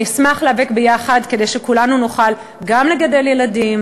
אני אשמח להיאבק ביחד כדי שכולנו נוכל גם לגדל ילדים